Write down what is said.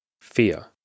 fear